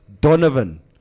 Donovan